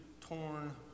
torn